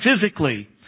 physically